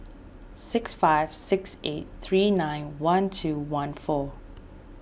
six five six eight three nine one two one four